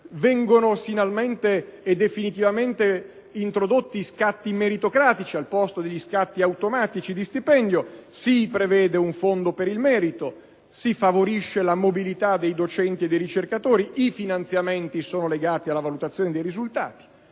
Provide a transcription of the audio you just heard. Vengono finalmente e definitivamente introdotti scatti meritocratici al posto degli scatti automatici di stipendio. Si prevede un Fondo per il merito. Si favorisce la mobilità dei docenti e dei ricercatori. I finanziamenti sono legati alla valutazione dei risultati.